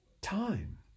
Time